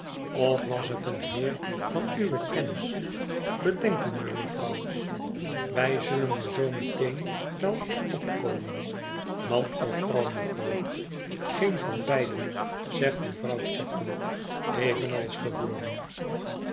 of was het een beer van uwe kennis bedenk u maar mevrouw wij zullen er zoo met een wel op komen man of vrouw mevrouw geen van beiden zegt mevrouw chadband evenals